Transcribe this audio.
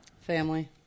family